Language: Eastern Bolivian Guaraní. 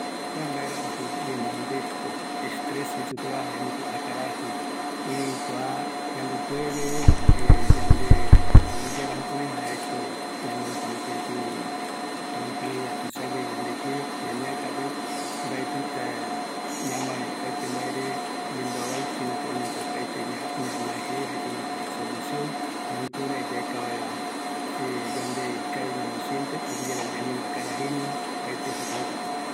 Kuako jae mbaerajɨ yandeiño ñavae yande yeɨpeva, oïme yave ñanoï yembambeko, araji, yaipota yave yayaporai mbae, aguiyeara jaeko anita ñanoi yembambekoreta, oimeta mbiaguaju ñanoi